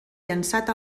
llançat